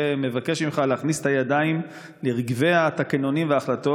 ומבקש ממך להכניס את הידיים לרגבי התקנונים וההחלטות